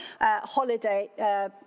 holiday